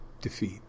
defeat